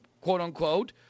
quote-unquote